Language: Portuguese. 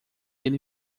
ele